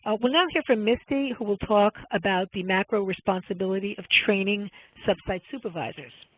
ah we'll now hear from misty who will talk about the macro responsibility of training sub-site supervisors.